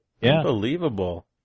Unbelievable